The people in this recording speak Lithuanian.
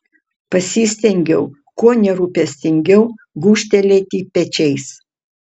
pasistengiau kuo nerūpestingiau gūžtelėti pečiais